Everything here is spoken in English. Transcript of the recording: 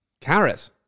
Carrot